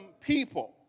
people